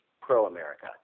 pro-America